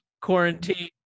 Quarantine